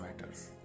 matters